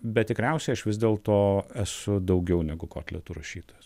bet tikriausia aš vis dėlto esu daugiau negu kotletų rašytojas